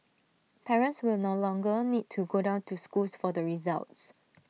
parents will no longer need to go down to schools for the results